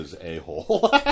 a-hole